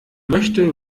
möchte